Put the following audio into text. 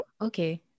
okay